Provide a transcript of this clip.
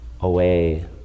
away